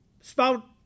spout